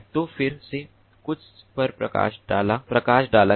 तो फिर से कुछ पर प्रकाश डाला गया